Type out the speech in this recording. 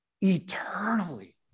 eternally